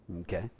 Okay